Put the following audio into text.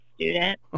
student